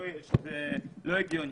ושזה לא הגיוני.